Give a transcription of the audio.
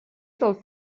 del